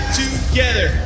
together